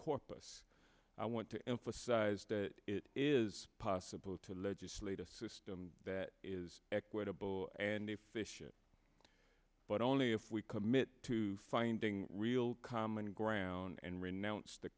corpus i want to emphasize that it is possible to legislate a system that is equitable and a fish but only if we commit to finding real common ground and renounced the